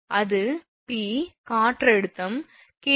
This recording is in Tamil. அது 𝑝 காற்றழுத்தம் 𝐾𝑔𝑚2